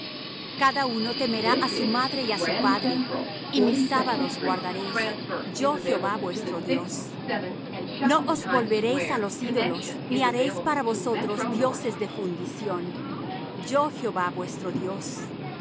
cada uno temerá á su madre y á su padre y mis sábados guardaréis yo jehová vuestro dios no os volveréis á los ídolos ni haréis para vosotros dioses de fundición yo jehová vuestro dios